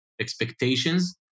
expectations